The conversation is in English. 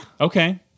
Okay